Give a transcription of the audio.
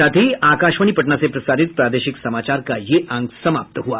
इसके साथ ही आकाशवाणी पटना से प्रसारित प्रादेशिक समाचार का ये अंक समाप्त हुआ